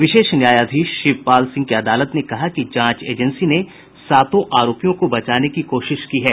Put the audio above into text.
विशेष न्यायाधीश शिवपाल सिंह की अदालत ने कहा कि जांच एजेंसी ने सातों आरोपियों को बचाने की कोशिश की है